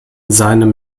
seinem